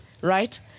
Right